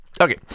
okay